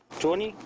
twenty,